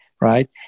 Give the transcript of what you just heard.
right